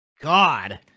God